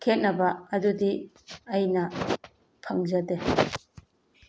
ꯈꯦꯠꯅꯕ ꯑꯗꯨꯗꯤ ꯑꯩꯅ ꯐꯪꯖꯗꯦ